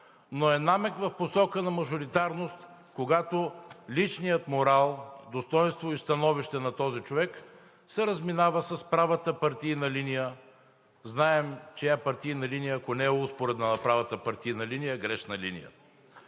но е намек в посока на мажоритарност, когато личният морал, достойнство и становище на този човек се разминава с правата партийна линия. Знаем чия партийна линия, ако не е успоредна на правата партийна линия, е грешна линия.